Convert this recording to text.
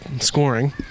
scoring